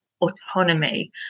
autonomy